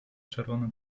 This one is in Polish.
czerwonym